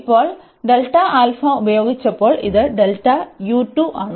ഇപ്പോൾ ഉപയോഗിച്ചപ്പോൾ ഇത് ആണ്